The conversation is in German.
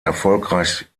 erfolgreich